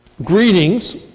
Greetings